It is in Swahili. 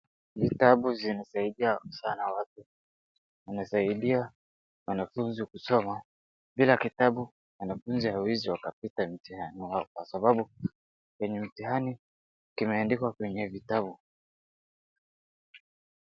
Vitabu sinasaidia sana watu, sinasaidia wanafunzi kusoma. Bila kitabu, wanafunzi hawawezi wakapita mtihani wao kwa sababu kwenye mtihani kimeandikwa kwenye vitabu.